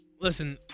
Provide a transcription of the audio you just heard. Listen